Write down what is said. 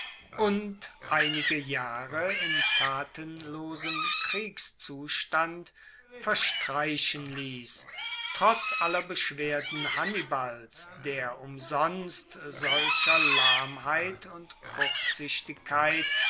und einige jahre in tatenlosem kriegszustand verstreichen liess trotz aller beschwerden hannibals der umsonst solcher lahmheit und kurzsichtigkeit